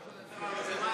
אני רוצה לעלות למעלה.